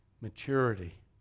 maturity